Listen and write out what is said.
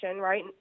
right